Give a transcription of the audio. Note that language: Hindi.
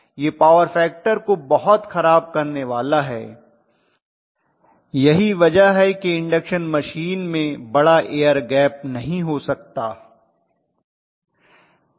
यह पॉवर फैक्टर को बहुत खराब करने वाला है यही वजह है कि इंडक्शन मशीन में बड़ा एयर गैप नहीं हो सकता है